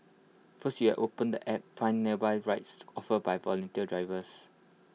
first you open the app find nearby rides offered by volunteer drivers